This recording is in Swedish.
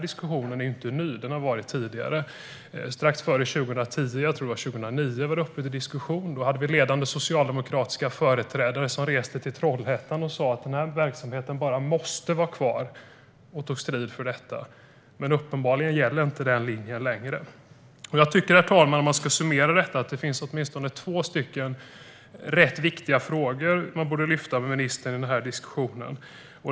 Diskussionen är nämligen inte ny utan har funnits tidigare. Strax före 2010 - jag tror att det var 2009 - var detta uppe till diskussion, och då reste ledande socialdemokratiska företrädare till Trollhättan och sa att verksamheten bara måste vara kvar. Man tog strid för detta, men uppenbarligen gäller inte den linjen längre. Om jag ska summera detta, herr talman, tycker jag att det finns åtminstone två rätt viktiga frågor som borde lyftas fram till ministern i diskussionen.